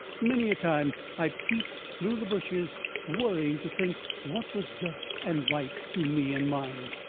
many a time i peeped through the bushes worrying to think what was just and right to me and mine,